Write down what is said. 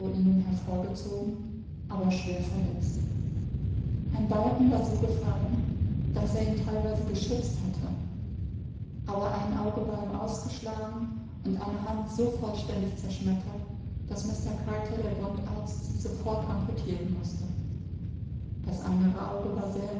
ruinen hervorgezogen aber schwer verletzt ein balken war so gefallen daß er ihn teilweise geschützt hatte aber ein auge war ihm ausgeschlagen und eine hand so vollständig zerschmettert daß mr carter der wundarzt sie sofort amputieren mußte das andere auge war